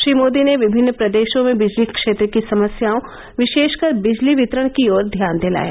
श्री मोदी ने विभिन्न प्रदेशों में बिजली क्षेत्र की समस्याओं विशेषकर बिजली वितरण की ओर ध्यान दिलाया